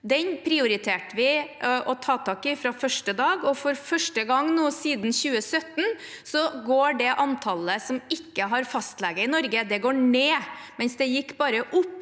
Den prioriterte vi å ta tak i fra første dag. For første gang siden 2017 går nå det antallet som ikke har fastlege i Norge, ned, mens det bare gikk